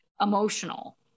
emotional